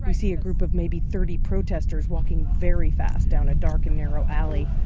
um see a group of maybe thirty protesters walking very fast down a dark and narrow alley.